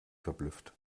verblüfft